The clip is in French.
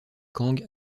kang